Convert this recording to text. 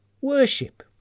Worship